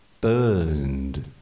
burned